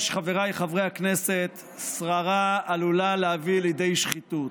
הכנסת, שררה עלולה להביא לידי שחיתות,